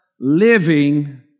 living